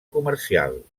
comercial